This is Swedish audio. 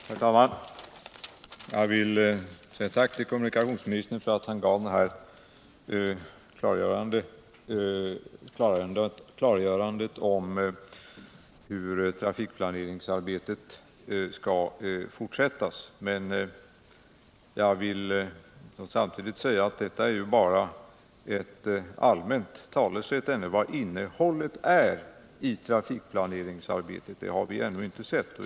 Herr talman! Jag vill säga ett tack till kommunikationsministern för att han klargjorde hur trafikplaneringsarbetet skall fortsättas. Samtidigt vill jag säga att detta ännu bara är ett allmänt talesätt. Vad innehållet är i trafikplane förbättra kollektiv ringsarbetet har vi ännu inte sett.